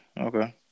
Okay